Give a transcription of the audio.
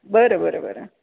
बरं बरं बरं